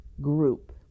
group